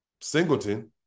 singleton